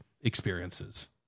experiences